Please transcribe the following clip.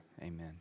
Amen